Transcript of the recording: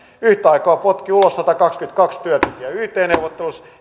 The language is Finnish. yhtä aikaa potki ulos satakaksikymmentäkaksi työntekijää yt neuvotteluissa